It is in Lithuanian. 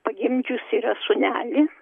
pagimdžiusi yra sūnelį